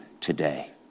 today